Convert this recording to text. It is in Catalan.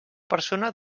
persona